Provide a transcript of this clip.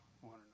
one